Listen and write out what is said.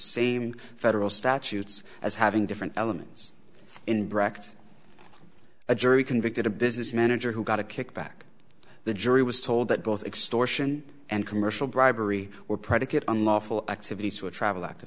same federal statutes as having different elements in brecht a jury convicted a business manager who got a kickback the jury was told that both extortion and commercial bribery were predicate unlawful activities to a travel ac